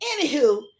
anywho